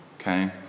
Okay